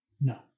no